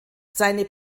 seine